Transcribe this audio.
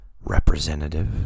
representative